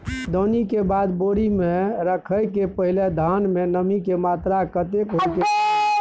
दौनी के बाद बोरी में रखय के पहिने धान में नमी के मात्रा कतेक होय के चाही?